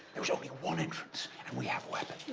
there's only one entrance and we have weapons.